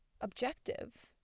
objective